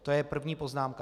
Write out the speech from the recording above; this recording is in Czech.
To je první poznámka.